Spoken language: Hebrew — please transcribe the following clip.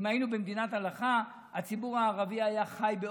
אם היינו במדינת הלכה, הציבור הערבי היה חי באושר,